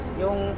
yung